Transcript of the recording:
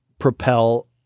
propel